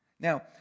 Now